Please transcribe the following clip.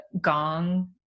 Gong